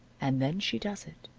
and then she does it.